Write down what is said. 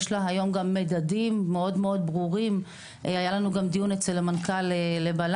והיום יש לה גם מדדים מאוד ברורים; היה לנו גם דיון אצל המנכ"ל לבל"מ,